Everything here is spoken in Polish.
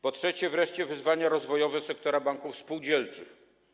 Po trzecie wreszcie, wyzwania rozwojowe sektora banków spółdzielczych.